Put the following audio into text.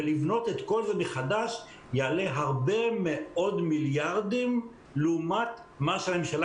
ולבנות את כל זה מחדש יעלה הרבה מאוד מיליארדים לעומת מה שהממשלה